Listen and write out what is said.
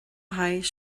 haghaidh